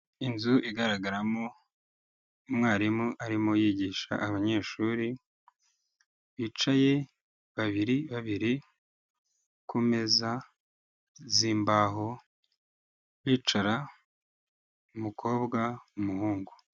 Inzu igaragaramo umwarimu arimo yigisha abanyeshuri, bicaye babiri babiri ku meza zimbaho, bicara umukobwa n'umuhungu.